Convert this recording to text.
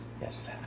Yes